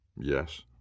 Yes